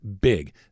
big